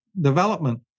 development